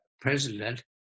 president